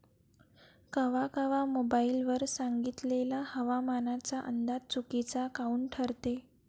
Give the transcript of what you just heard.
कवा कवा मोबाईल वर सांगितलेला हवामानाचा अंदाज चुकीचा काऊन ठरते?